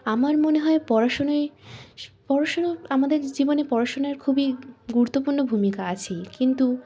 আমার মনে হয় পড়াশুনো পড়াশুনো আমাদের জীবনে পড়াশুনার খুবই গুরুত্বপূর্ণ ভূমিকা আছেই কিন্তু